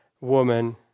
woman